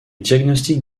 diagnostic